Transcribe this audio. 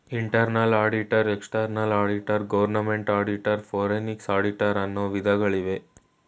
internal auditor, external auditor, government auditor, forensic auditor, ಅನ್ನು ವಿಧಗಳಿವೆ